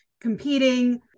competing